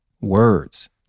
words